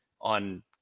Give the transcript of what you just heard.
on